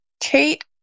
Kate